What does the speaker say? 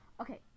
Okay